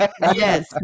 Yes